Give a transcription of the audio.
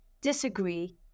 disagree